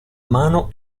mano